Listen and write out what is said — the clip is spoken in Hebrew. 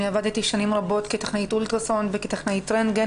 אני עבדתי שנים רבות כטכנאית אולטרסאונד וכטכנאית רנטגן